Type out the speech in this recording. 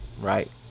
Right